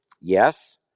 Yes